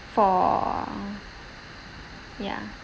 for ya